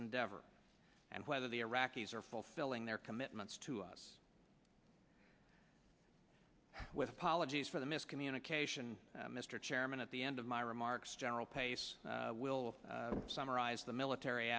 endeavor and whether the iraqis are fulfilling their commitments to us with apologies for the miscommunication mr chairman at the end of my remarks general pace will summarize the military